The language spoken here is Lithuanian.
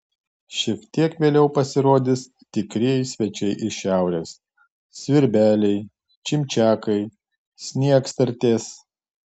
šiek tiek vėliau pasirodys tikrieji svečiai iš šiaurės svirbeliai čimčiakai sniegstartės